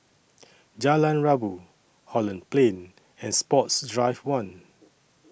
Jalan Rabu Holland Plain and Sports Drive one